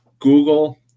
Google